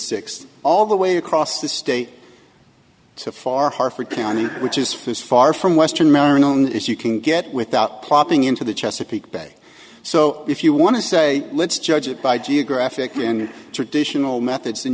six all the way across the state to far harford county which is far from western maryland if you can get without popping into the chesapeake bay so if you want to say let's judge it by geographic and traditional